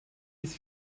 ist